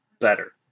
better